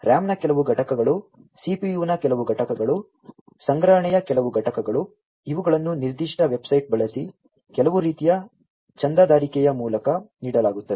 RAM ನ ಕೆಲವು ಘಟಕಗಳು CPU ನ ಕೆಲವು ಘಟಕಗಳು ಸಂಗ್ರಹಣೆಯ ಕೆಲವು ಘಟಕಗಳು ಇವುಗಳನ್ನು ನಿರ್ದಿಷ್ಟ ವೆಬ್ಸೈಟ್ ಬಳಸಿ ಕೆಲವು ರೀತಿಯ ಚಂದಾದಾರಿಕೆಯ ಮೂಲಕ ನೀಡಲಾಗುತ್ತದೆ